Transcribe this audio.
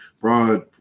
broad